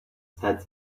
said